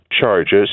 charges